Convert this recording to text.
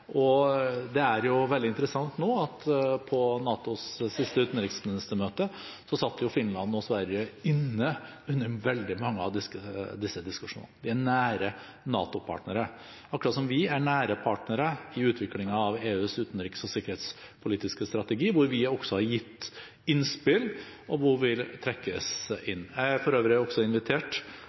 og det er veldig interessant at nå på NATOs siste utenriksministermøte satt Finland og Sverige inne under veldig mange av diskusjonene. De er nære NATO-partnere, akkurat som vi er nære partnere i utviklingen av EUs utenriks- og sikkerhetspolitiske strategi, hvor vi også har gitt innspill, og hvor vi trekkes inn. Jeg er for øvrig også invitert